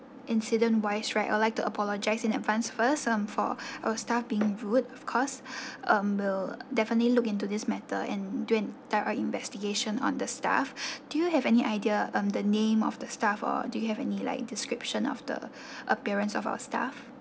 incident wise right I'd like to apologize in advance first um for our staff being rude of course um we'll definitely look into this matter and do and thorough investigation on the staff do you have any idea um the name of the staff or do you have any like description of the appearance of our stuff